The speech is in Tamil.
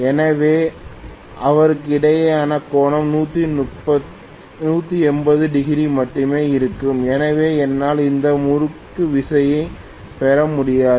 எனவே அவற்றுக்கிடையேயான கோணம் 180 டிகிரி மட்டுமே இருக்கும் எனவே என்னால் எந்த முறுக்குவிசையும் பெற முடியாது